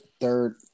third